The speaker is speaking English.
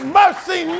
mercy